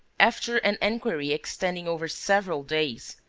after an inquiry extending over several days,